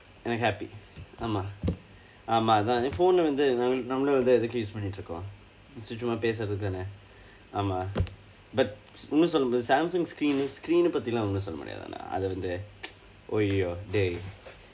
எனக்கு:enakku happy ஆமாம் ஆமாம் அதான் என்:aamaam aamaam athaan en phone வந்து நம்ம நம்மவுடைய எதுக்கு:vandthu namma nammavudaiya ethukku use பண்ணிட்டு இருக்கிறோம்:pannitdu irukkiroom is to சும்மா பேசுறதுக்கு தானே ஆமாம்:summaa peesurathukku thaanee aamaam but ஒன்னு சொல்லனும்:onnu sollanum Samsung screen screen பற்றி எல்லாம் ஒன்னும் சொல்ல முடியாது ஆனா அது வந்து:parri ellaam onnum solla mudiyaathu aanaa athu vandthu !aiyo! dey